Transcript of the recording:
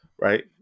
right